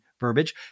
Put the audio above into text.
verbiage